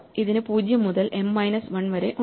ഇതിന് 0 മുതൽ m minus 1 വരെ ഉണ്ട്